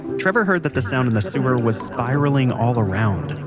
trevor heard that the sound in the sewer was spiraling all around